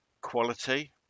quality